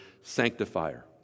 Sanctifier